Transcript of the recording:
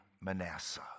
Manasseh